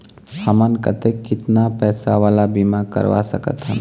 हमन कतेक कितना पैसा वाला बीमा करवा सकथन?